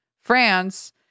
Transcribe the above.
France